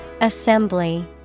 Assembly